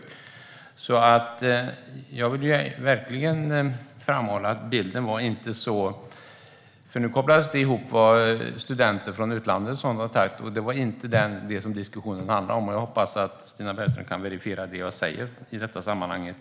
Nu kopplades det ihop med vad studenter från utlandet och sådana har sagt. Jag vill verkligen framhålla att det inte var det diskussionen handlade om, och jag hoppas att Stina Bergström kan verifiera det jag säger i det sammanhanget.